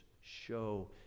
show